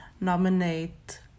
nominate